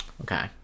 Okay